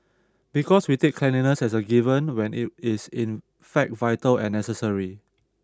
because we take cleanliness as a given when it is in fact vital and necessary